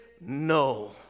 no